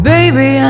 Baby